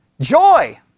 Joy